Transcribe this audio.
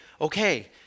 okay